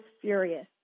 furious